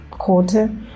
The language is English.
quarter